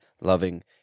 loving